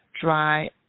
dry